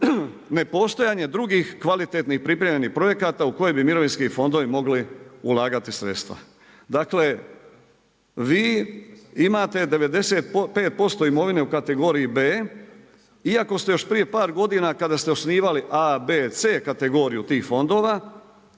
#Ne postojanje drugih kvalitetnih i pripremljenih projekata u koje bi mirovinski fondovi mogli ulagati sredstva.“. Dakle vi imate 95% imovine u kategoriji B iako ste još prije par godina kada ste osnivali A, B, C kategoriju tih fondova